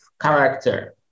character